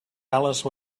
alice